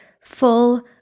full